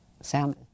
salmon